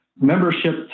membership